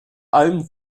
allem